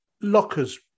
lockers